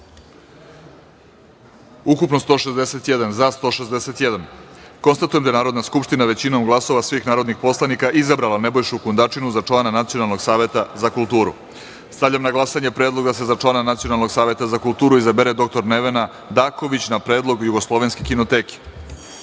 ukupno – 161, za – 161.Konstatujem da je Narodna skupština većinom glasova svih narodnih poslanika izabrala Nebojšu Kundačinu za člana Nacionalnog saveta za kulturu. Stavljam na glasanje predlog da se za člana Nacionalnog saveta za kulturu izabere dr Nevena Daković, na predlog Jugoslovenske